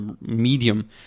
medium